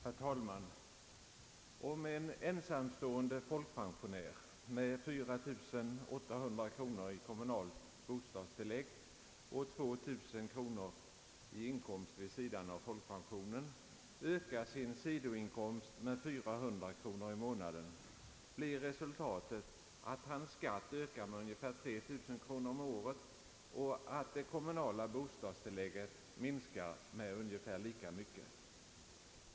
Herr talman! Om en ensamstående folkpensionär med 4 800 kronor i kommunalt bostadstillägg och 2 000 kronors inkomst vid sidan av folkpensionen ökar sin sidoinkomst med 400 kronor i månaden blir resultatet att hans skatt ökar med ungefär 3 000 kronor om året och att det kommunala bostadstillägget minskar med ungefär lika mycket.